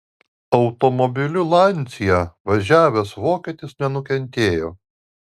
automobiliu lancia važiavęs vokietis nenukentėjo